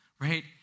right